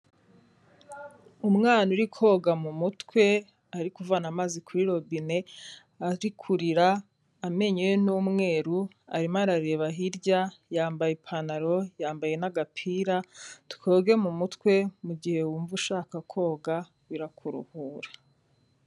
Umwana uri koga mu mutwe, ari kuvana amazi kuri robine, ari kurira, amenyo ye ni umweru, arimo arareba hirya, yambaye ipantaro, yambaye n'agapira, twoge mu mutwe mu gihe wumva ushaka koga, birakuruhura.